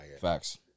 Facts